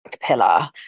pillar